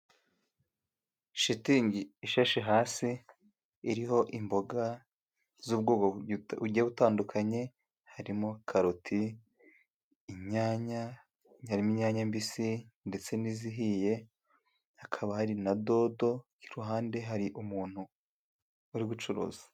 Shitingi ishashe hasi, iriho imboga z'ubwoko bugiye butandukanye, harimo karoti, inyanya, harimo inyamya mbisi ndetse n'izihiye, hakaba hari na dodo, iruhande hari umuntu uri gucuruza.